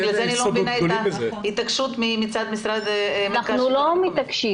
לכן אני לא מבינה את ההתעקשות מצד מרכז השלטון המקומי.